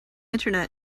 internet